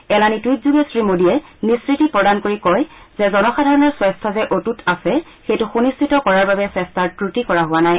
এলানি টুইটযোগে শ্ৰী মোদীয়ে নিশ্চিতি প্ৰদান কৰি কয় যে জনসাধাৰণৰ স্বাস্থ্য যে অটুত আছে সেইটো সুনিশ্চিত কৰাৰ বাবে চেষ্টাৰ ক্ৰটি কৰা হোৱা নাই